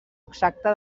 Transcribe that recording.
exacta